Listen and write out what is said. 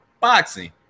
boxing